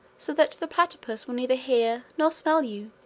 so that the platypus will neither hear nor smell you.